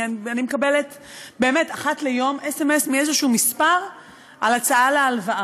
אני מקבלת באמת אחת ליום סמ"ס מאיזה מספר על הצעה להלוואה.